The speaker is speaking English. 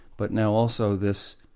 but now also this,